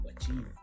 achieve